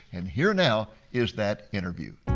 and here now is that interview.